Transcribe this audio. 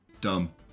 Dumb